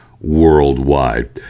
worldwide